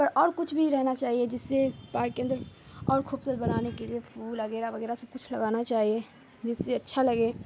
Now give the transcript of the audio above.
پر اور کچھ بھی رہنا چاہیے جس سے پارک کے اندر اور خوبصورت بنانے کے لیے پھول اگیرہ وغیرہ سب کچھ لگانا چاہیے جس سے اچھا لگے